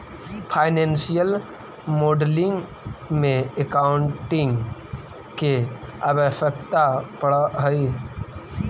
financial modelling में accounting के आवश्यकता पड़ऽ हई